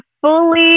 fully